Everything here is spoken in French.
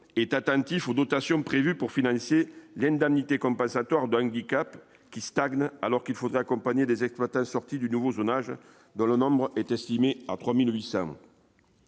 est attentif aux dotations prévues pour financer l'indemnité compensatoire d'handicap qui stagne alors qu'il faudrait accompagner des exploitants sortie du nouveau zonage dont le nombre est estimé à 3800.